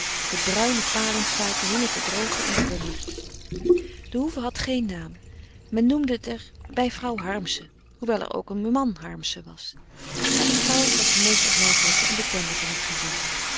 de bruine palingfuiken hingen te drogen in den bongert de hoeve had geen naam men noemde het er bij vrouw harmsen hoewel er ook een man harmsen was maar de vrouw was de meest opmerkelijke en bekende van het gezin